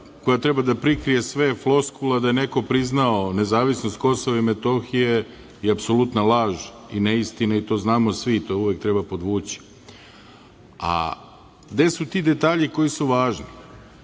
koja treba da prikrije sve floskule da je neko priznao nezavisnost Kosova i Metohije je apsolutna laž i neistina i to znamo svi, to uvek treba podvući. A gde su ti detalji koji su važni?